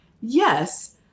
yes